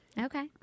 Okay